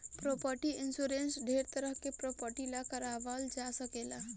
property insurance ढेरे तरह के प्रॉपर्टी ला कारवाल जा सकेला